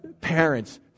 Parents